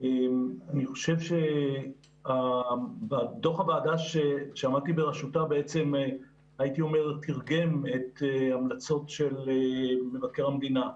אני חושב שדוח הוועדה שעמדתי בראשותה בעצם תרגם את המלצות מבקר המדינה,